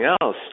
else